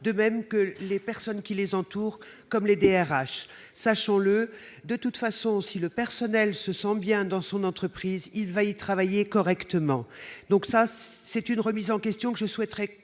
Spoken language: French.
de même que les personnes qui les entourent, comme les DRH, sachons-le, de toute façon si le personnel se sent bien dans son entreprise, il va y travailler correctement, donc ça c'est une remise en question, que je souhaiterais